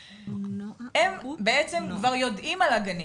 הם כבר יודעים על הגנים.